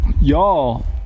y'all